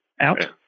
out